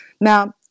Now